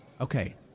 Okay